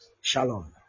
Shalom